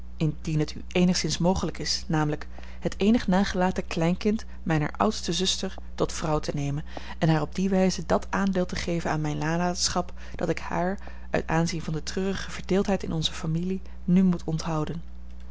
indien het u eenigszins mogelijk is namelijk het eenig nagelaten kleinkind mijner oudste zuster tot vrouw te nemen en haar op die wijze dat aandeel te geven aan mijne nalatenschap dat ik haar uit aanzien van de treurige verdeeldheid in onze familie nu moet onthouden